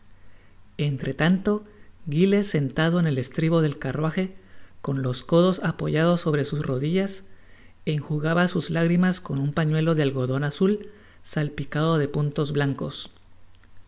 entre tanto giles sentado en el estribo del carruaje con los codos apoyados sobre sus rodillas enjugaba sus lágrimas con un pañuelo de algodon azul salpicado de puntos blancos